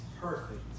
perfect